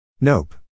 Nope